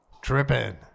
tripping